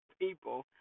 people